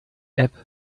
app